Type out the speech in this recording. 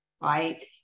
right